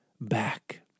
back